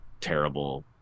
terrible